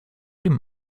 dem